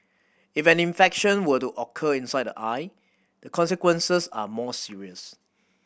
if an infection were to occur inside the eye the consequences are more serious